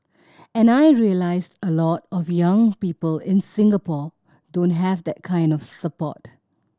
and I realised a lot of young people in Singapore don't have that kind of support